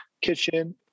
kitchen